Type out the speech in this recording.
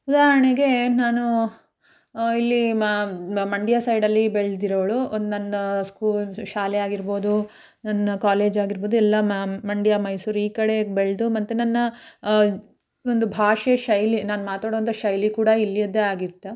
ಉದಾಹರಣೆಗೆ ನಾನು ಇಲ್ಲಿ ಮಂಡ್ಯ ಸೈಡಲ್ಲಿ ಬೆಳೆದಿರೋಳು ನನ್ನ ಸ್ಕೂ ಶಾಲೆಯಾಗಿರ್ಬೋದು ನನ್ನ ಕಾಲೇಜ್ ಆಗಿರ್ಬೋದು ಎಲ್ಲ ಮ್ಯಾಮ್ ಮಂಡ್ಯ ಮೈಸೂರು ಈ ಕಡೆ ಬೆಳೆದು ಮತ್ತು ನನ್ನ ಒಂದು ಭಾಷೆ ಶೈಲಿ ನಾನು ಮಾತಾಡೋಂಥ ಶೈಲಿ ಕೂಡ ಇಲ್ಲಿಯದ್ದೇ ಆಗಿತ್ತಾ